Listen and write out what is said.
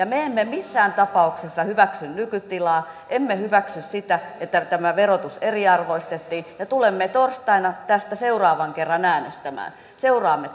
me emme missään tapauksessa hyväksy nykytilaa emme hyväksy sitä että tämä verotus eriarvoistettiin ja tulemme torstaina tästä seuraavan kerran äänestämään seuraamme